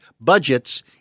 budgets